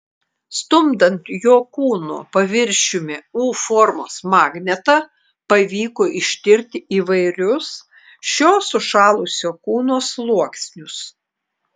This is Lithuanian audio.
stumdant jo kūno paviršiumi u formos magnetą pavyko ištirti įvairius šio sušalusio kūno sluoksnius